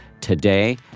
today